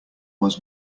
was